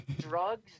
Drugs